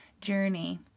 journey